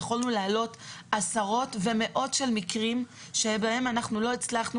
יכולנו להעלות עשרות ומאות של מקרים בהם לא הצלחנו